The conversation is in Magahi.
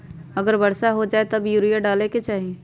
अगर वर्षा हो जाए तब यूरिया डाले के चाहि?